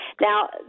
Now